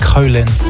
Colin